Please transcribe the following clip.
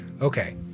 Okay